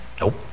Nope